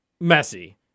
messy